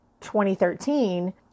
2013